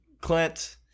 Clint